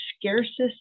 scarcest